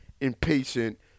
impatient